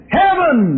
heaven